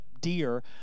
deer